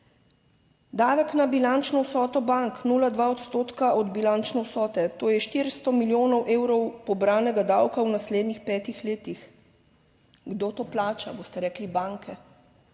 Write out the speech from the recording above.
Davek na bilančno vsoto bank 0,2 odstotka od bilančne vsote, to je 400 milijonov evrov pobranega davka v naslednjih petih letih. Kdo to plača? Boste rekli, banke.